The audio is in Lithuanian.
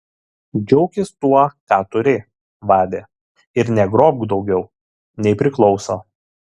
džiaukis tuo ką turi vade ir negrobk daugiau nei priklauso